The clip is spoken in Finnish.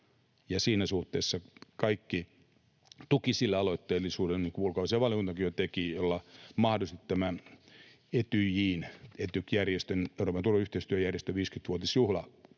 siinä suhteessa kaikki tuki sille aloitteellisuudelle niin kuin ulkoasiainvaliokuntakin jo teki, jolla mahdollisesti tämän Etyjin, Etyk-järjestön, Euroopan turvallisuus- ja yhteistyöjärjestön 50-vuotisjuhlavuosi